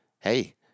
Hey